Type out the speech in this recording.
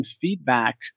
feedback